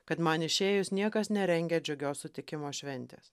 kad man išėjus niekas nerengia džiugios sutikimo šventės